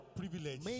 privilege